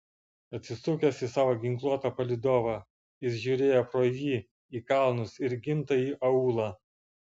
atsisukęs į savo ginkluotą palydovą jis žiūrėjo pro jį į kalnus ir gimtąjį aūlą